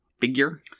figure